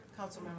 councilmember